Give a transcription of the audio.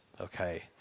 okay